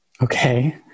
okay